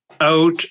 out